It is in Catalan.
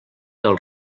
del